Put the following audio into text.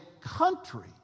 country